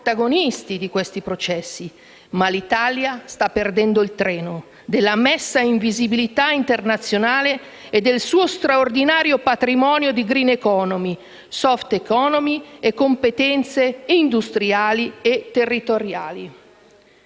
di questi processi, ma l'Italia sta perdendo il treno della messa in visibilità internazionale e del suo straordinario patrimonio di *green economy*, *soft economy* e competenze industriali e territoriali.